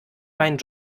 meinen